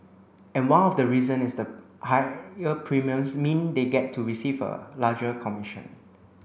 and one of the reason is the higher premiums mean they get to receive a larger commission